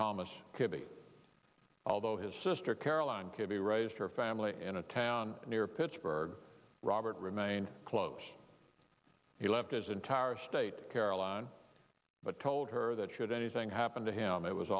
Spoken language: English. thomas although his sister caroline kennedy raised her family in a town near pittsburgh robert remained close he left his entire state caroline but told her that should anything happen to him it was